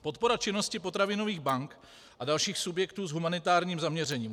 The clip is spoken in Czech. Podpora činnosti potravinových bank a dalších subjektů s humanitárním zaměřením.